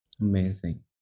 amazing